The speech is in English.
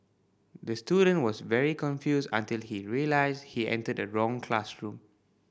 the student was very confused until he realised he entered the wrong classroom